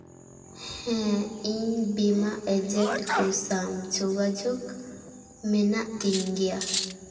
ᱦᱮᱸ ᱤᱧ ᱵᱤᱢᱟ ᱮᱹᱡᱮᱱᱴ ᱠᱚ ᱥᱟᱶ ᱡᱳᱜᱟᱡᱳᱜᱽ ᱢᱮᱱᱟᱜ ᱛᱤᱧ ᱜᱮᱭᱟ